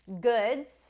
goods